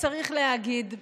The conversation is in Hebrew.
צריך להגיד,